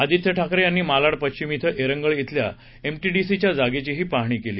आदित्य ठाकरे यांनी मालाड पश्चिम क्रंगळ क्रिल्या एमटीडीसीच्या जागेचीही पाहणी केली